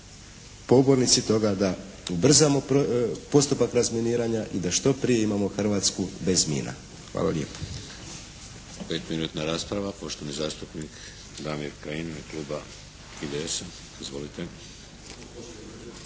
pobornici toga da ubrzamo postupak razminiranja i da što prije imamo Hrvatsku bez mina. Hvala lijepo.